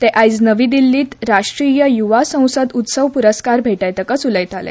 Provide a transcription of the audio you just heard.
ते आयज नवी दिल्लींत राष्ट्रीय युवा संसद उत्सव पुरस्कार भेटयतकच उलयताले